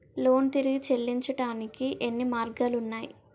Loan తిరిగి చెల్లించటానికి ఎన్ని మార్గాలు ఉన్నాయి?